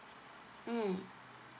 mm